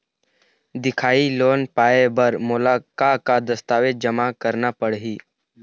दिखाही लोन पाए बर मोला का का दस्तावेज जमा करना पड़ही?